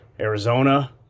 arizona